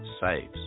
saves